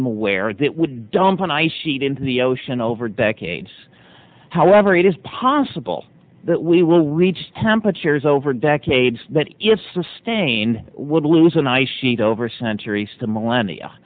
am aware that would dump an ice sheet into the ocean over decades however it is possible that we will reach temperatures over decades that if sustained would lose an ice sheet over centuries to